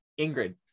Ingrid